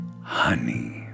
honey